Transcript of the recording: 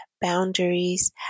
boundaries